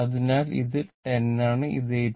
അതിനാൽ ഇത് 10 ആണ് ഇത് 8